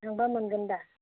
थांबा मोनगोन दा